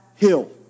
Hill